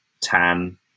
tan